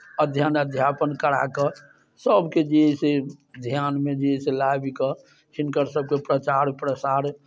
अध्ययन अध्यापन करा कऽ सभकेँ जे अइ से जे ध्यानमे जे अइ से लाबि कऽ हिनकरसभके प्रचार प्रसार